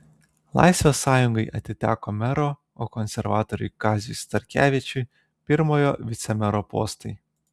laisvės sąjungai atiteko mero o konservatoriui kaziui starkevičiui pirmojo vicemero postai